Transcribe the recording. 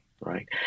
right